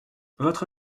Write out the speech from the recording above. votre